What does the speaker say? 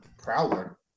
Prowler